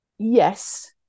Yes